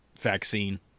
vaccine